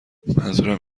منظورم